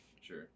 sure